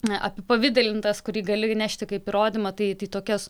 a apipavidalintas kurį gali įnešti kaip įrodymą tai tai tokias